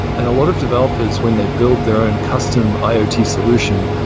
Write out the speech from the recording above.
and a lot of developers when they build their own custom iot solution,